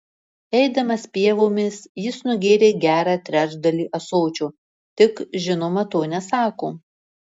eidamas pievomis jis nugėrė gerą trečdalį ąsočio tik žinoma to nesako